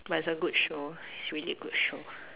but it's a good show it's really a good show